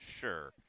Sure